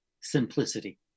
simplicity